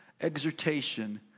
exhortation